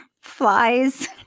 flies